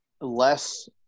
less